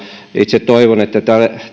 itse toivon että tämä